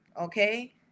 okay